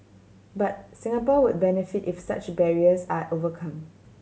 but Singapore would benefit if such barriers are overcome